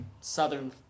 southern